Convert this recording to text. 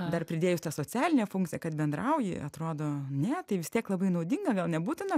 dar pridėjus tą socialinę funkciją kad bendrauji atrodo ne tai vis tiek labai naudinga gal nebūtina